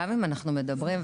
גם אם אנחנו מדברים,